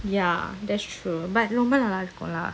ya that's true but ரொம்பநல்லஇருக்கும்லா:romba nalla irukumla